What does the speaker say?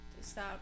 stop